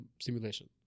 simulation